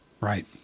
Right